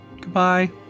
Goodbye